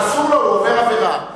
אסור לו, הוא עובר עבירה.